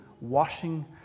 washing